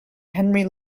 henry